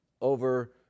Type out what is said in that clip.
over